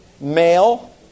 male